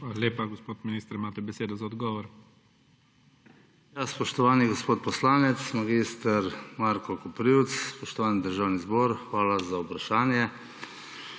Hvala za vprašanje.